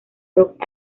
rock